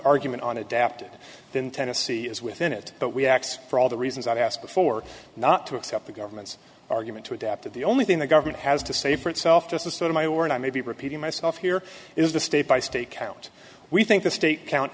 argument on adapted then tennessee is within it but we act for all the reasons i've asked before not to accept the government's argument to adapt to the only thing the government has to say for itself justice sotomayor and i may be repeating myself here is the state by state count we think the state count